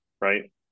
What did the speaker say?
right